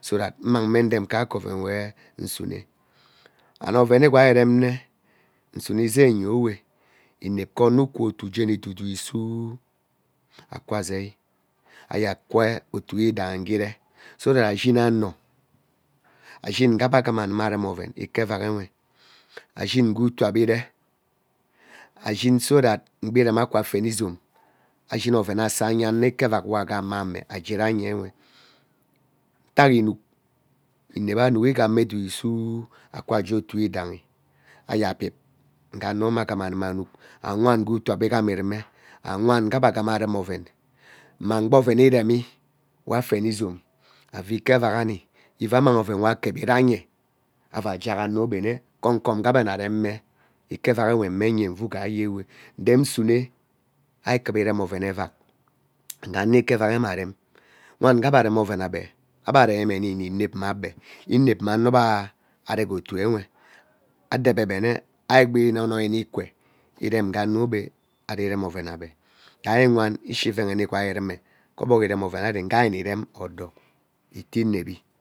so that umangme nrem kae ke oren we nsume and oven we igwa ireme nsume izei nyowe inep ke ono ukwu otu jeni tuu isuo akwa zei agee kwee otu yidahi ngere so that ashin ano ashin egee ebe agham ammarem oven ke ikevak nwe ashin ugee utuu ebe iri ashin so that ngbe iremi akwa fene izom ashin oven uwe asa nye ike vak we agha mmeamme ageranyewe utak inuk inep anyei ghanme dudu isuuu akwaa gee otu yidaihi eyabib ngee ano eme ngee ebe aghom aghama onuk awan ngee utuu ebe ighami rume awan agha ebe ghama anureen oven mmang ugbee oven ivemit we afeni izom avuu ike vak ani ani ivaa ammang we akevi ranye avaa jack ano ebe nme come come uge ebe ana reme ikevak nwe immenghe nvuu gehiye ewe ren usune ari kuva irem oven evak ngee ano ikevakwe nne aran wen agha ebe ana rem oven ebe ebe aremime ani nne inep mme ebe inepmma ano gbe aree ke ouowe adebe be umah igba inoinoi nee ikwee irem ighee ano ebe ari rem oven ebe rairi iwan ishi ivehene igwei irume ke ogbog ireme oven ngari nni ghama irim odo ete inevi